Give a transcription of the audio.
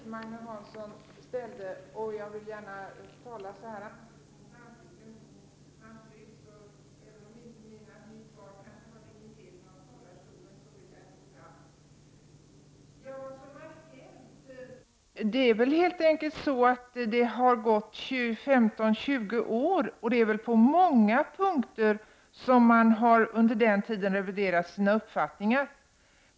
Vad som har hänt är helt enkelt att det har gått 15-20 år, och under den tiden har man på många punkter reviderat sina uppfattningar.